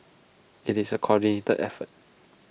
IT is A coordinated effort